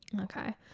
Okay